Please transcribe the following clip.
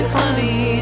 honey